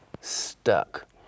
stuck